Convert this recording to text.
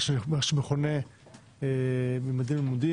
מה שמכונה "ממדים ללימודים",